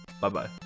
bye-bye